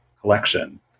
collection